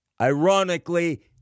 Ironically